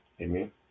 amen